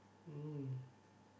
mm